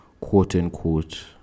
quote-unquote